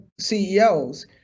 CEOs